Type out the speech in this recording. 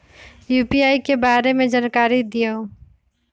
UPI के बारे में जानकारी दियौ?